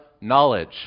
Knowledge